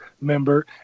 member